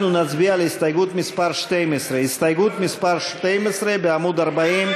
אנחנו נצביע על הסתייגות מס' 12. הסתייגות מס' 12 בעמוד 40,